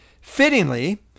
Fittingly